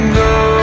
go